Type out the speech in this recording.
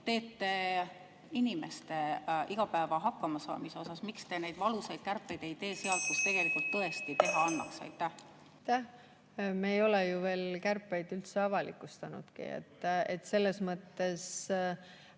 teete inimeste igapäeva hakkamasaamise arvelt? Miks te neid valusaid kärpeid ei tee sealt, kust tegelikult tõesti teha annaks? Aitäh! Me ei ole ju kärpeid veel üldse avalikustanudki. Selles mõttes